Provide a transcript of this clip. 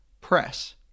Press